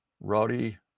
Rowdy